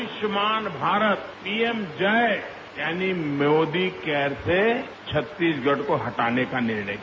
Ayushman Bharat PM JAY यानि मोदी कैसे छत्तीसगढ़ को हटाने का निर्णय ले